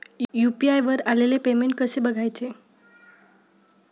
UPI वर आलेले payment कसे बघायचे?